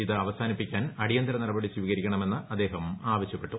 ഇത് അവസാനിപ്പിക്കാൻ അടിയന്തര നടപടി സ്വീകരിക്കണമെന്ന് അദ്ദേഹം ആവശ്യപ്പെട്ടു